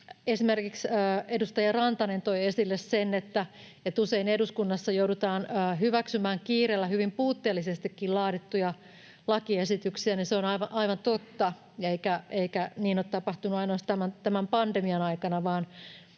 esimerkiksi edustaja Rantanen toi esille sen, että usein eduskunnassa joudutaan hyväksymään kiireellä hyvin puutteellisestikin laadittuja lakiesityksiä. Se on aivan totta, eikä niin ole tapahtunut ainoastaan tämän pandemian aikana vaan